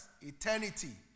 eternity